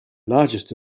largest